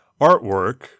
artwork